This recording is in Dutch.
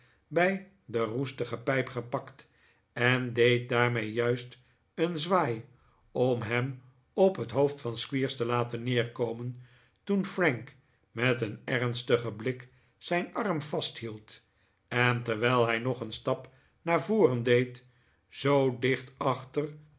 bij de roestige pijp gepakt en deed daarmee juist een zwaai om hem op het hoofd van squeers te laten neerkomen toen frank met een ernstigen blik zijn arm vasthield en terwijl hij nog een stap naar voren deed zoo dicht achter